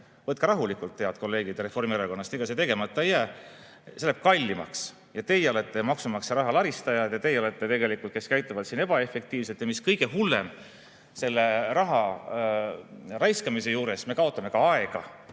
võtke rahulikult, head kolleegid Reformierakonnast, ega see tegemata ei jää – läheb kallimaks. Teie olete maksumaksja raha laristajad ja teie olete need, kes käituvad ebaefektiivselt. Ja mis kõige hullem: selle raha raiskamise juures me kaotame ka aega,